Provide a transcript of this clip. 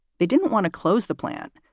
they didn't want to close the plant.